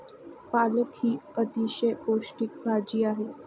पालक ही अतिशय पौष्टिक भाजी आहे